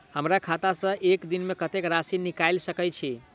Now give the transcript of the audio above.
हमरा खाता सऽ एक दिन मे कतेक राशि निकाइल सकै छी